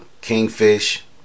Kingfish